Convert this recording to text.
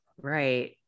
Right